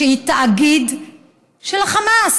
שהיא תאגיד של חמאס,